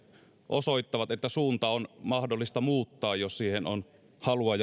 osoittavat että suunta on mahdollista muuttaa jos siihen on halua